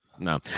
No